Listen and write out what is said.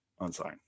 unsigned